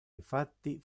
infatti